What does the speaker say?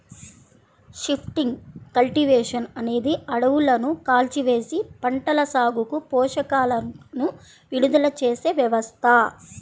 shifting cultivation అనేది అడవులను కాల్చివేసి, పంటల సాగుకు పోషకాలను విడుదల చేసే వ్యవస్థ